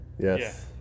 Yes